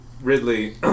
Ridley